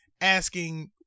asking